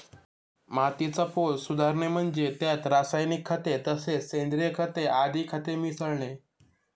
मातीचा पोत सुधारणे म्हणजे त्यात रासायनिक खते तसेच सेंद्रिय खते आदी खते मिसळणे